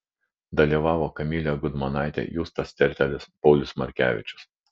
dalyvavo kamilė gudmonaitė justas tertelis paulius markevičius